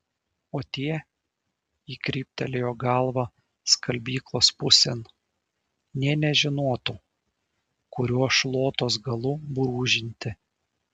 o tie ji kryptelėjo galva skalbyklos pusėn nė nežinotų kuriuo šluotos galu brūžinti